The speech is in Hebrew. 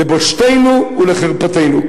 לבושתנו ולחרפתנו.